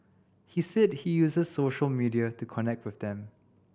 he said he uses social media to connect with them